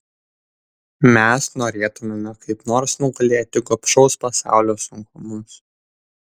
mes norėtumėme kaip nors nugalėti gobšaus pasaulio sunkumus